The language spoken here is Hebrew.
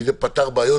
כי זה פתר בעיות,